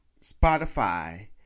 Spotify